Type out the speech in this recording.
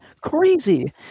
Crazy